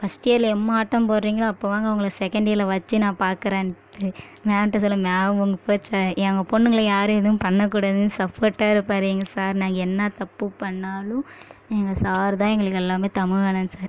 first இயரில் எம்மா ஆட்டம் போட்டுறீங்களோ அப்போ வாங்க உங்களை செகண்ட் இயரில் வச்சு நான் பார்க்குறேன்ட்டு மேம்கிட்ட சொல்லுவேன் மேம் உங்கள் பேச்சை எங்கள் பொண்ணுங்களை யாரும் எதுவும் பண்ணக்கூடாதுன்னு சப்போர்ட்டாக இருப்பார் எங்கள் சார் நான் என்னா தப்பு பண்ணாலும் எங்கள் சார் தான் எங்களுக்கு எல்லாம் தமிழ்வாணன் சார்